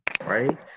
right